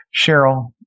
Cheryl